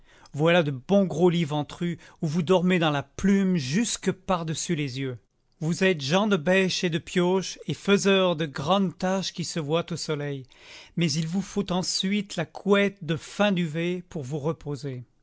voilà de bons gros lits ventrus où vous dormez dans la plume jusque par-dessus les yeux vous êtes gens de bêche et de pioche et faiseurs de grandes tâches qui se voient au soleil mais il vous faut ensuite la couette de fin duvet pour vous reposer